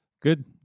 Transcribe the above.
good